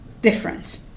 different